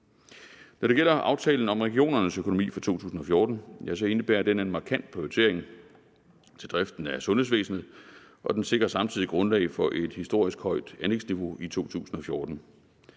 Når det gælder aftalen om regionernes økonomi for 2014, indebærer den en markant prioritering til driften af sundhedsvæsenet, og den sikrer samtidig grundlaget for et historisk højt anlægsniveau i 2014.